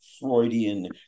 Freudian